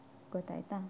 ಗೊತ್ತಾಯ್ತಾ